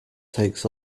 takes